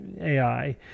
AI